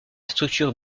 structure